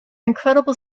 incredible